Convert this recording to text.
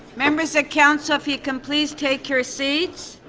members of council, if you can please take your seats.